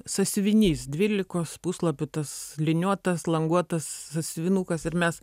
sąsiuvinys dvylikos puslapių tas liniuotas languotas sąsiuvinukas ir mes